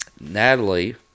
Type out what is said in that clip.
Natalie